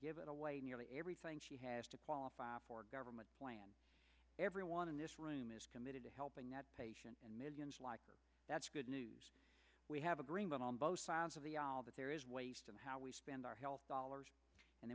give it away nearly everything she has to qualify for government plan everyone in this room is committed to helping that patient and millions like that's good news we have agreement on both sides of the aisle but there is waste in how we spend our health dollars and